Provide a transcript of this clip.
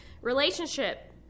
relationship